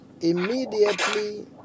Immediately